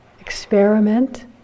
experiment